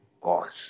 cause